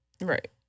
Right